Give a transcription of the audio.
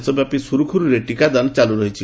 ଦେଶ ବ୍ୟାପୀ ସୁରୁଖୁରୁରେ ଟିକାଦାନ ଚାଲୁ ରହିଛି